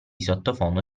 sottofondo